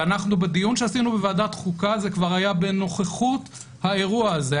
ובדיון שעשינו בוועדת חוקה זה כבר היה בנוכחות האירוע הזה.